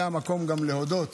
זה המקום להודות